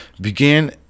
began